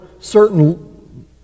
certain